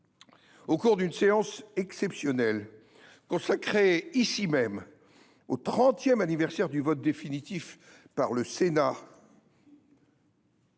au cours d’une séance exceptionnelle consacrée ici même au trentième anniversaire du vote définitif par le Sénat